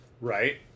Right